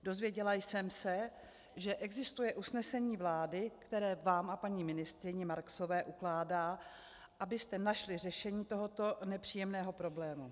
Dozvěděla jsem se, že existuje usnesení vlády, které vám a paní ministryni Marksové ukládá, abyste našli řešení tohoto nepříjemného problému.